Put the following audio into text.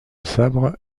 sabre